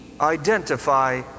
identify